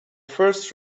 first